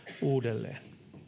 uudelleen